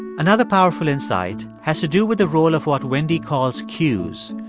another powerful insight has to do with the role of what wendy calls cues,